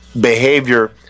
behavior